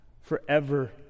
Forever